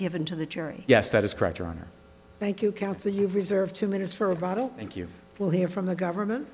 given to the jury yes that is correct your honor thank you counsel you've reserved two minutes for a bottle and you will hear from the government